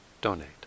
donate